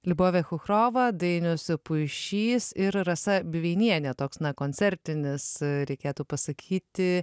liubovė chuchrova dainius puišys ir rasa biveinienė toks na koncertinis reikėtų pasakyti